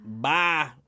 Bye